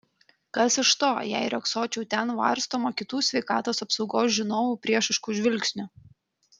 kas iš to jei riogsočiau ten varstoma kitų sveikatos apsaugos žinovų priešiškų žvilgsnių